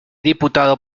diputado